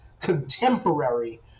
contemporary